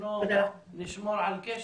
אנחנו נשמור על קשר,